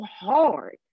hard